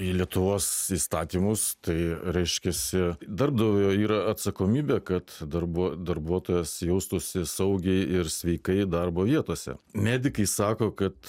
į lietuvos įstatymus tai reiškiasi darbdavio yra atsakomybė kad darbuo darbuotojas jaustųsi saugiai ir sveikai darbo vietose medikai sako kad